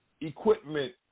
equipment